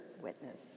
witness